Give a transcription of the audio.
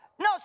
No